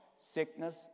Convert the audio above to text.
sickness